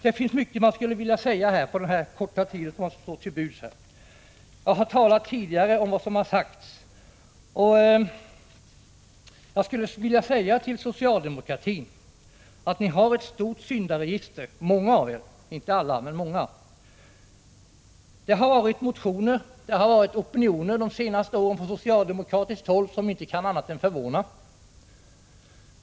Det finns mycket som jag skulle vilja säga på den korta tid som står mig till buds. Jag har tidigare nämnt vad som har sagts i debatten. Till socialdemokraterna vill jag säga att många av er har ett stort syndaregister — inte alla, men många. Det har väckts motioner, och från socialdemokratiskt håll har funnits opinioner de senaste åren som inte kan annat än förvåna.